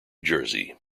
jersey